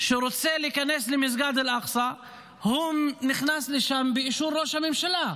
שרוצה להיכנס למסגד אל אקצא נכנס לשם באישור ראש הממשלה.